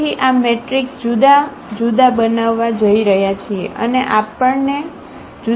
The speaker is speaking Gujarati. તેથી આ મેટ્રિક્સ જુદાં જુદાં બનવવા જઈ રહ્યા છે અને આપણને જુદા જુદા આઇગનવેક્ટર મળશે